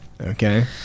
okay